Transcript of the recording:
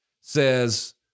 Says